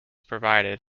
provided